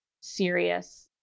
serious